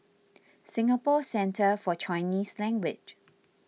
Singapore Centre for Chinese Language